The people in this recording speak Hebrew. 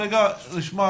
בטיחות.